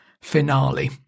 Finale